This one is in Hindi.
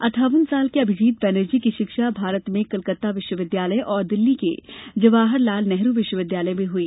अट्टावन साल के अभिजीत बैनर्जी की शिक्षा भारत में कलकत्ता विश्वविद्यालय और दिल्ली के जवाहरलाल नेहरू विश्वविद्यालय में हुई